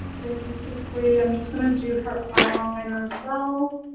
basically, i'm just gonna do her eyeliner as well.